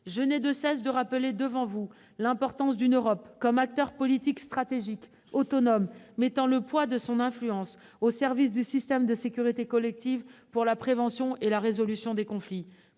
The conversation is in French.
Je n'ai de cesse de rappeler devant vous la nécessité que l'Europe soit un acteur politique stratégique autonome, mettant son influence au service du système de sécurité collective et de la prévention ou la résolution des conflits.